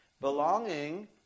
Belonging